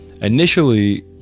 Initially